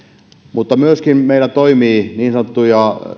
mutta meillä toimii myöskin niin sanottuja